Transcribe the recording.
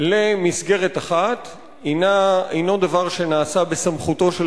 למסגרת אחת אינו דבר שנעשה בסמכותו של